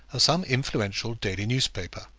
of some influential daily newspaper.